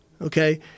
okay